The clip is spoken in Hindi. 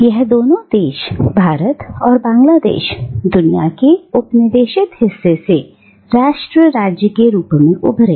और यह दोनों देश भारत और बांग्लादेश दुनिया के उपनिवेशित हिस्से से राष्ट्र राज्य के रूप में उभरे